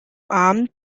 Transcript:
abend